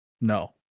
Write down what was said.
No